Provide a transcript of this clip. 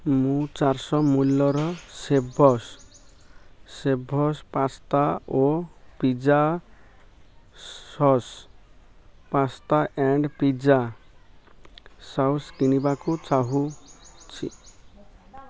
ମୁଁ ଚାରିଶହ ମୂଲ୍ୟର ଶେଭକ୍ସ ଶେଭକ୍ସ ପାସ୍ତା ଓ pizza sauce pasta and pizza sauce କିଣିବାକୁ ଚାହୁଁଛି